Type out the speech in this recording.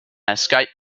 escape